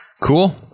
cool